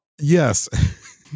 yes